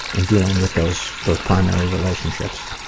and dealing with those, those primary relationships.